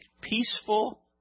peaceful